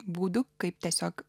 būdu kaip tiesiog